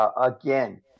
again